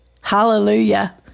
Hallelujah